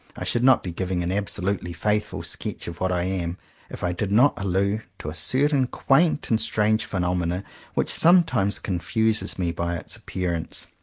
i should not be giving an absolutely faithful sketch of what i am if i did not allude to a certain quaint and strange phenomenon which sometimes confuses me by its appearance.